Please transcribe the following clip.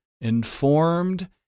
informed